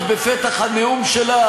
לעשות הון פוליטי,